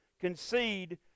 concede